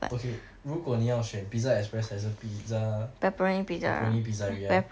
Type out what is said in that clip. okay 如果你要选 pizza express 还是 pizza pepperoni pizza really ah